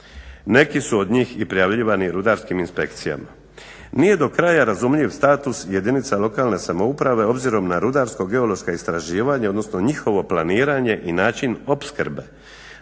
Neki su od njih i prijavljivani rudarskim inspekcijama. Nije do kraja razumljiv status jedinica lokalne samouprave obzirom na rudarsko-geološka istraživanja, odnosno njihovo planiranje i način opskrbe.